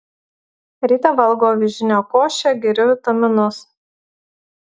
ryte valgau avižinę košę geriu vitaminus